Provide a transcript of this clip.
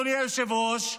אדוני היושב-ראש,